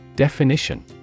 Definition